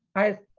as